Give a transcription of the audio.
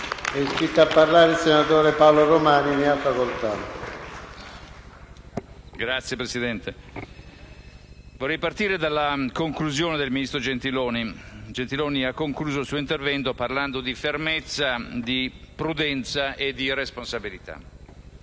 Signor Presidente, vorrei partire dalla conclusione del ministro Gentiloni, il quale ha terminato il suo intervento parlando di fermezza, di prudenza e di responsabilità.